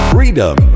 Freedom